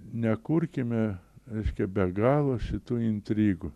nekurkime reiškia be galo šitų intrigų